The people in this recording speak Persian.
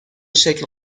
شکل